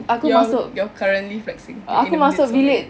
you're you're currently flexing in a minute so bad